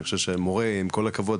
אני חושב שמורה עם כל הכבוד,